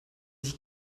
sich